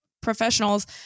professionals